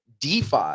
DeFi